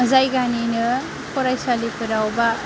जायगानिनो फरायसालिफोराव बा